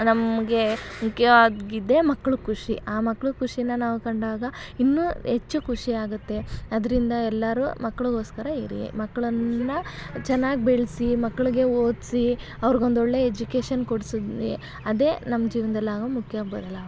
ನಮಗೆ ಮುಖ್ಯವಾಗಿದೆ ಮಕ್ಳ ಖುಷಿ ಆ ಮಕ್ಳ ಖುಷಿನಾ ನಾವು ಕಂಡಾಗ ಇನ್ನೂ ಹೆಚ್ಚು ಖುಷಿ ಆಗುತ್ತೆ ಅದರಿಂದ ಎಲ್ಲರೂ ಮಕ್ಳಿಗೋಸ್ಕರ ಇರಿ ಮಕ್ಳನ್ನು ಚೆನ್ನಾಗಿ ಬೆಳೆಸಿ ಮಕ್ಳಿಗೆ ಓದಿಸಿ ಅವ್ರ್ಗೆ ಒಂದೊಳ್ಳೆ ಎಜುಕೇಶನ್ ಕೊಡಿಸಿದ್ವಿ ಅದೇ ನಮ್ಮ ಜೀವನ್ದಲ್ಲಿ ಆಗೋ ಮುಖ್ಯ ಬದಲಾ